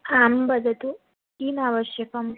आं वदतु किम् आवश्यकम्